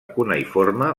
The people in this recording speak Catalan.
cuneïforme